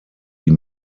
die